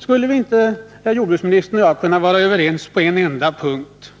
Skulle inte jordbruksministern och jag kunna vara överens på en enda punkt,